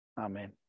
Amen